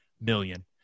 million